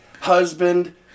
husband